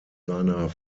seiner